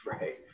Right